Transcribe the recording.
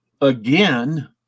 again